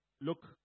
look